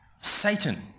Satan